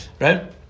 right